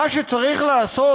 ומה שצריך לעשות,